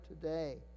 today